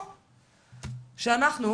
או שאנחנו,